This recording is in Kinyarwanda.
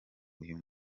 uyu